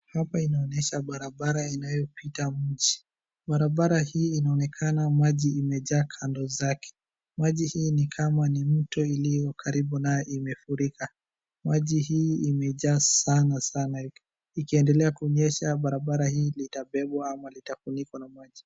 Hapa inaonyesha barabara inayopita mji. Barabara hii inaonekana maji imejaa kando zake. Maji hii ni kama ni mto iliyo karibu nayo imefurika. Maji hii imejaa sana sana, ikiendelea kunyesha barabara hii litabebwa ama litafunikwa na maji.